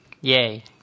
Yay